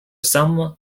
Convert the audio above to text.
some